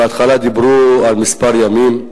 בהתחלה דיברו על כמה ימים,